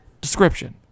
description